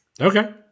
Okay